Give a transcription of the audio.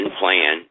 plan